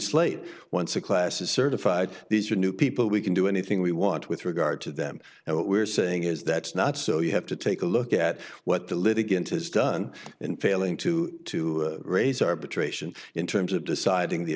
slate once a class is certified these are new people we can do anything we want with regard to them and what we're saying is that's not so you have to take a look at what the litigant has done in failing to to raise arbitration in terms of deciding the